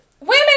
women